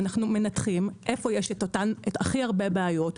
אנחנו מנתחים איפה יש הכי הרבה בעיות,